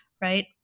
right